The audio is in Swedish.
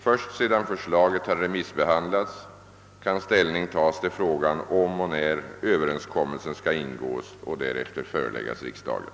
Först sedan förslaget har remissbehandlats kan ställning tas till frågan om och när överenskommelsen skall ingås och därefter föreläggas riksdagen.